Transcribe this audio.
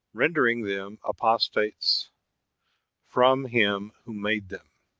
rendering them apostates from him who made them.